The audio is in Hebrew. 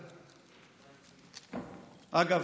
אגב,